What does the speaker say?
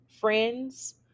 friends